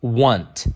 want